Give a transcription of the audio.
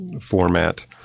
format